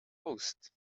closed